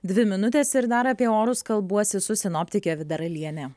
dvi minutės ir dar apie orus kalbuosi su sinoptike vida raliene